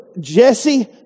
Jesse